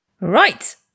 Right